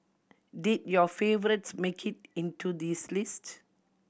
did your favourites make it into this list